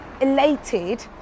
elated